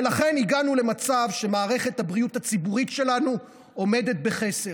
ולכן הגענו למצב שמערכת הבריאות הציבורית שלנו עומדת בחסר.